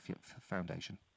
foundation